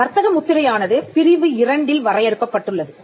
வர்த்தக முத்திரையானது பிரிவு இரண்டில் வரையறுக்கப்பட்டுள்ளது